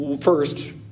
first